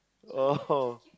oh